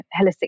holistic